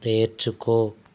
పేర్చుకో